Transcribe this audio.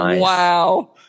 wow